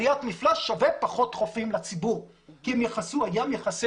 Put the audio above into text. עליית מפלס שווה פחות חופים לציבור כי הים יכסה